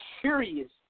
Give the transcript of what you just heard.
curious